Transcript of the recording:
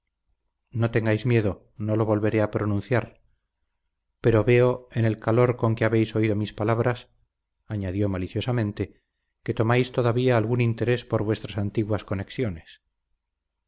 no tengáis miedo no lo volveré a pronunciar pero veo en el calor con que habéis oído mis palabras añadió maliciosamente que tomáis todavía algún interés por vuestras antiguas conexiones